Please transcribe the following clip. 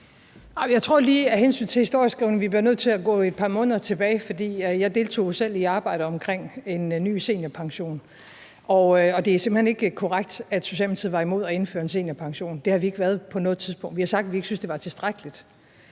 historieskrivningen bliver nødt til at gå et par måneder tilbage, for jeg deltog selv i arbejdet om en ny seniorpension, og det er simpelt hen ikke korrekt, at Socialdemokratiet var imod at indføre en seniorpension. Det har vi ikke været på noget tidspunkt, men vi har sagt, at vi ikke syntes, det var tilstrækkeligt.